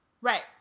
Right